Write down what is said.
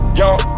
young